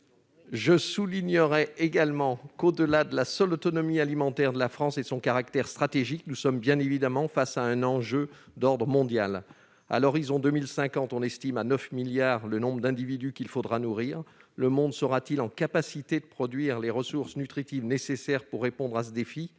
résolution ! Au-delà de la seule autonomie alimentaire de la France et de son caractère stratégique, nous sommes bien évidemment face à un enjeu d'ordre mondial. On estime à 9 milliards le nombre d'individus qu'il faudra nourrir à l'horizon de 2050. Le monde sera-t-il en capacité de produire les ressources nutritives nécessaires pour répondre à ce défi ?